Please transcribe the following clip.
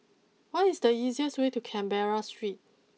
what is the easiest way to Canberra Street